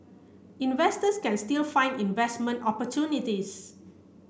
investors can still find investment opportunities